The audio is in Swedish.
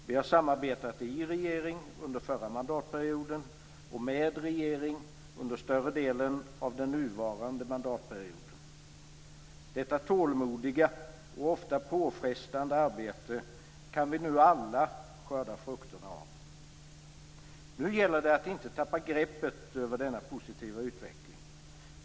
Vi har samarbetat i regering under förra mandatperioden och med regering under större delen av den nuvarande mandatperioden. Detta tålmodiga och ofta påfrestande arbete kan vi nu alla skörda frukterna av. Nu gäller det att inte tappa greppet över denna positiva utveckling.